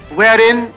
wherein